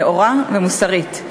נאורה ומוסרית.